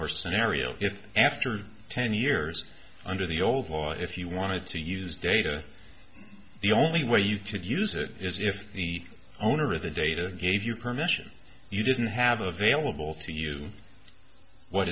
or scenario if after ten years under the old law if you wanted to use data the only way you could use it is if the owner of the data gave you permission you didn't have available to you what